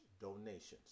donations